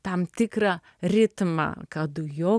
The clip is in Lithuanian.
tam tikrą ritmą kad jo